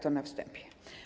To na wstępie.